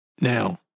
Now